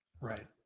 right